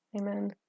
amen